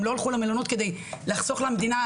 הם לא הלכו למלונות כדי לחסוך למדינה,